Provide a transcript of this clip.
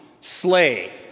slay